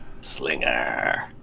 Slinger